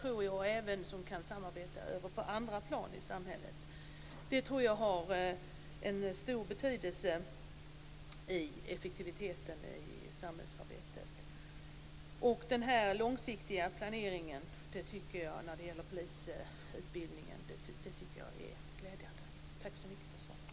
Man kan även samarbeta på andra plan i samhället. Det tror jag har en stor betydelse i effektiviteten i samhällsarbetet. Den långsiktiga planeringen när det gäller polisutbildningen tycker jag är glädjande. Tack så mycket för svaret.